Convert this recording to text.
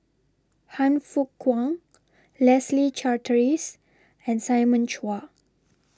Han Fook Kwang Leslie Charteris and Simon Chua